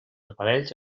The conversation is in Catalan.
aparells